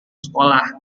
sekolah